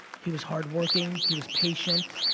he was hard working, he was patient,